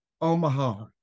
Omaha